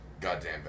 Goddamn